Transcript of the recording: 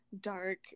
dark